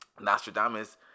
nostradamus